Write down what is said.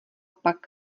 pak